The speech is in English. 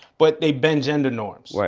but they bend gender norms. like